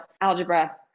algebra